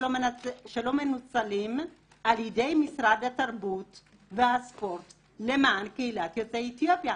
שלא מנוצלים על ידי משרד התרבות והספורט למען קהילת יוצאי אתיופיה.